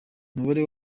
umubare